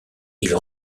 ils